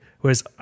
Whereas